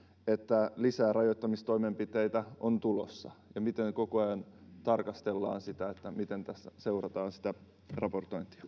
että lisää rajoittamistoimenpiteitä on tulossa ja miten koko ajan tarkastellaan sitä miten tässä seurataan sitä raportointia